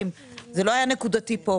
הדבר הנקודתי פה.